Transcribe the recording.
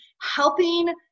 helping